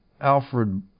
Alfred